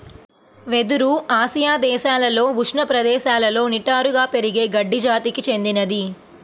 వెదురు ఆసియా దేశాలలో ఉష్ణ ప్రదేశాలలో నిటారుగా పెరిగే గడ్డి జాతికి చెందినది